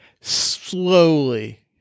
slowly